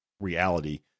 reality